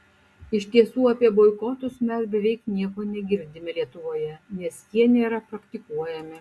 iš tiesų apie boikotus mes beveik nieko negirdime lietuvoje nes jie nėra praktikuojami